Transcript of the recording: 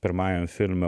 pirmajam filme